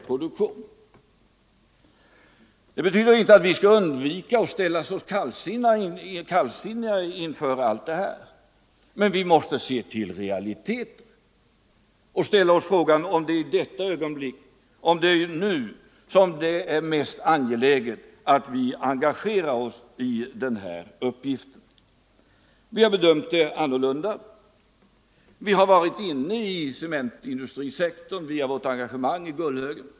av Industri AB Det betyder inte att vi skall ställa oss kallsinniga inför allt det här, Euroc, m.m. men vi måste se till realiteterna och fråga oss, om det är nu, i detta ögonblick, som det är mest angeläget att vi engagerar oss i den här uppgiften. Vi har bedömt det annorlunda. Vi har varit inne i cementindustrisektorn via vårt engagemang i Gullhögen.